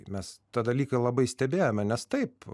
mes tą dalyką labai stebėjome nes taip